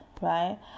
right